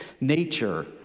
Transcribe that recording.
nature